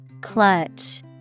Clutch